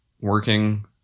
Working